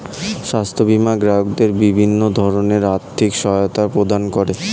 স্বাস্থ্য বীমা গ্রাহকদের বিভিন্ন ধরনের আর্থিক সহায়তা প্রদান করে